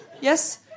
Yes